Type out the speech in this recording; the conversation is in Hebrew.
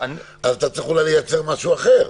אתה צריך אולי לייצר משהו אחר.